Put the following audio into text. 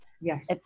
yes